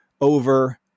over